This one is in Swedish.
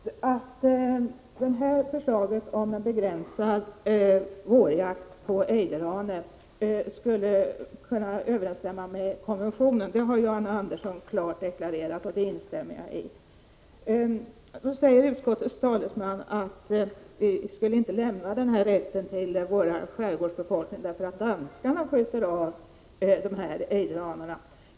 Herr talman! Att förslaget om en begränsad vårjakt på ejderhane skulle kunna överensstämma med konventionen har Arne Andersson i Ljung klart deklarerat, och det instämmer jag i. Utskottets talesman säger att vi inte skall lämna denna rätt till vår skärgårdsbefolkning därför att danskarna skjuter av de här ejderhanarna.